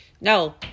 No